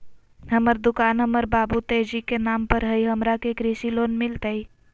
हमर दुकान हमर बाबु तेजी के नाम पर हई, हमरा के कृषि लोन मिलतई?